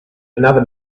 another